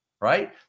right